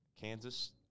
Kansas